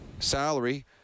Salary